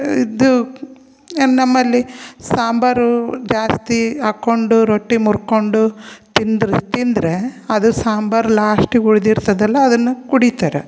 ಇದು ನಮ್ಮಲ್ಲಿ ಸಾಂಬಾರು ಜಾಸ್ತಿ ಹಾಕೊಂಡು ರೊಟ್ಟಿ ಮುರ್ಕೊಂಡು ತಿಂದ್ರೆ ತಿಂದರೆ ಅದು ಸಾಂಬಾರು ಲಾಸ್ಟಿಗೆ ಉಳಿದಿರ್ತದಲ್ಲ ಅದನ್ನು ಕುಡಿತಾರೆ